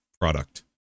product